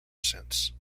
since